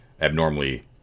abnormally